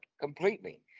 completely